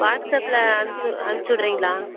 வாட்ஸபில் அனுப்ச்சு அனுப்ச்சுவுடறீங்களா